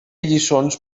lliçons